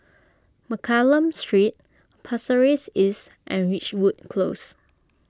Mccallum Street Pasir Ris East and Ridgewood Close